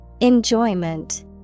Enjoyment